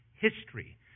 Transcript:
history